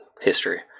history